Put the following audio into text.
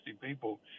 people